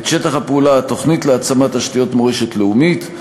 שטח הפעולה של התוכנית להעצמת תשתיות מורשת לאומית.